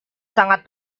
sangat